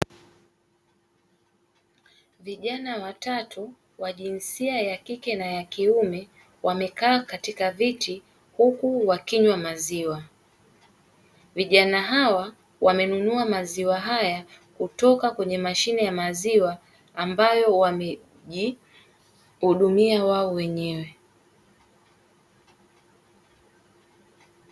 Vijana watatu wa jinsia ya kike na kiume wamekaa katika viti huku wakinywa maziwa, vijana hawa wamenunua maziwa haya kutoka kwenye mashine ya maziwa ambayo, wamejihudumia wao wenyewe.